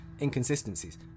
inconsistencies